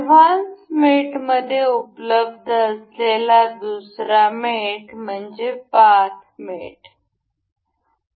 advance मेटमध्ये उपलब्ध असलेला दुसरा मेट म्हणजे पाथ मेट आहे